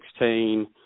2016